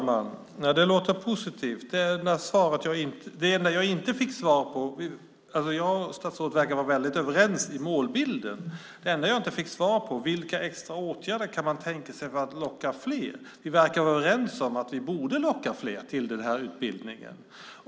Fru talman! Det låter positivt. Jag och statsrådet verkar vara väldigt överens i målbilden. Det enda jag inte fick svar på var vilka extra åtgärder man kan tänka sig för att locka fler. Vi verkar vara överens om att vi borde locka fler till den här utbildningen.